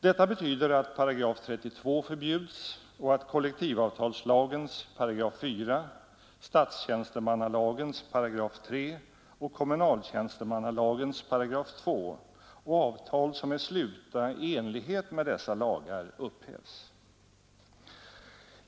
Detta betyder att § 32 förbjuds och att kollektivavtalslagens 4 §, statstjänstemannalagens 3 § och kommunaltjänstemannalagens 2 8 och avtal som är slutna i enlighet med dessa lagar upphävs.